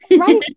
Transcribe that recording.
right